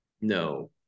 no